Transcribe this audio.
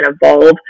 evolve